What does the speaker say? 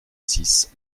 six